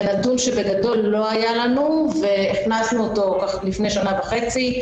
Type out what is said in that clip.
זה נתון שבגדול לא היה לנו והכנסנו אותו לפני כשנה וחצי.